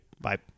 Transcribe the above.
bye